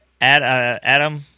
Adam –